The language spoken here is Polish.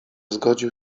zgodził